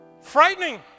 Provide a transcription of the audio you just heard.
frightening